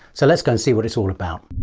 so let's go and see what it's all about.